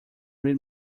read